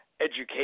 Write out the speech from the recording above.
education